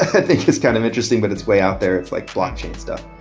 i think it's kind of interesting, but it's way out there. it's like blockchain stuff.